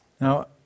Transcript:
Now